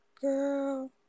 girl